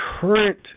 current